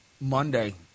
Monday